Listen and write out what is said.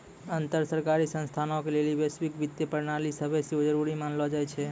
अन्तर सरकारी संस्थानो के लेली वैश्विक वित्तीय प्रणाली सभै से जरुरी मानलो जाय छै